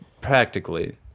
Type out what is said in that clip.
practically